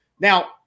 now